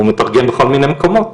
הוא מתרגם בכל מיני מקומות.